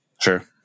Sure